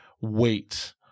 wait